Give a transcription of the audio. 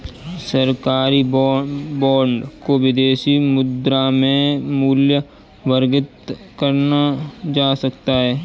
सरकारी बॉन्ड को विदेशी मुद्रा में मूल्यवर्गित करा जा सकता है